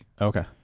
Okay